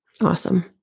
Awesome